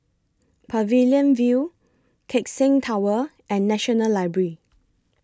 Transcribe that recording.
Pavilion View Keck Seng Tower and National Library